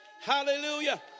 Hallelujah